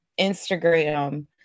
Instagram